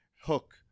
Hook